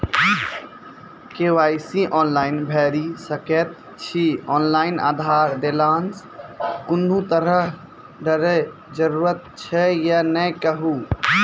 KYC online भैरि सकैत छी, ऑनलाइन आधार देलासॅ कुनू तरहक डरैक जरूरत छै या नै कहू?